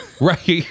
Right